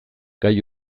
gai